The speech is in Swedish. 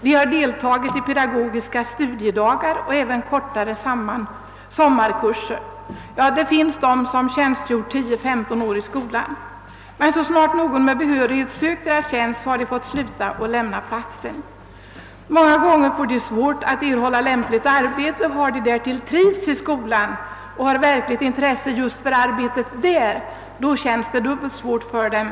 De har deltagit i pedagogiska studiedagar och även i kortare sommarkurser. Det finns personer som tjänstgjort 10—15 år i skolan, men så snart någon med behörighet har sökt deras tjänster har de fått lämna dem. Många gånger har de svårt att erhålla annat lämpligt arbete. Har de därtill trivts i skolan och haft verkligt intresse just för arbetet där, känns det dubbelt svårt för dem.